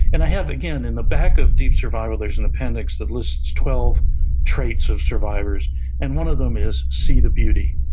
and i have again, in the back of deep survival, there's an appendix that lists twelve traits of survivors and one of them is, see the beauty.